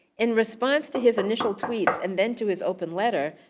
in response to his initial tweets and then to his open letter,